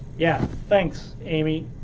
yeah, thanks amy.